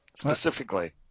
specifically